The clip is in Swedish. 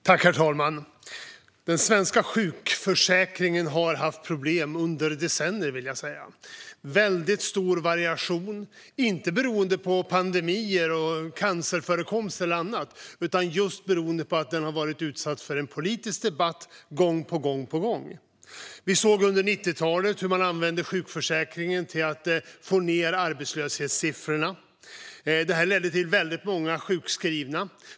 Herr talman! Den svenska sjukförsäkringen har haft problem under decennier, skulle jag vilja säga. Det har varit stor variation, inte beroende på pandemier, cancerförekomst eller annat utan beroende på att den varit utsatt för politisk debatt gång på gång. Vi såg under 90-talet hur man använde sjukförsäkringen till att få ned arbetslöshetssiffrorna. Det ledde till väldigt många sjukskrivna.